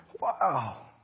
Wow